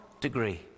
degree